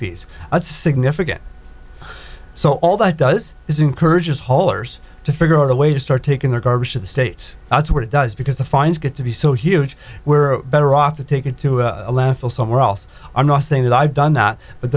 fees that significant so all that does is encourages haulers to figure out a way to start taking their garbage to the states that's what it does because the fines get to be so huge we're better off to taken to a landfill somewhere else i'm not saying that i've done that but